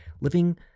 Living